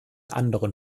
anderen